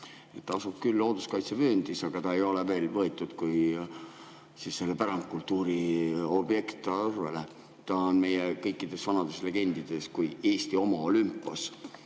Ta asub küll looduskaitsevööndis, aga ta ei ole veel võetud kui pärandkultuuriobjekt arvele. Ta on meie kõikides vanades legendides kui Eesti oma Olümpos.